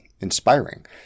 inspiring